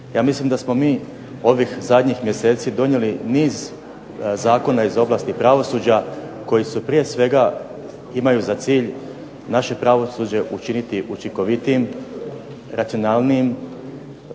Ja mislim da smo mi ovih zadnjih mjeseci donijeli niz zakona iz ovlasti pravosuđa koji su prije svega imaju za cilj naše pravosuđe učiniti učinkovitijim, racionalnijim.